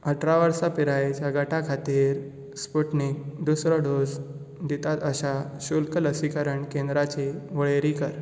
अठरा वर्सा पिरायेच्या गटा खातीर स्पुटनिक दुसरो डोस दितात अश्या सशुल्क लसीकरण केंद्रांची वळेरी कर